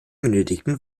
benötigten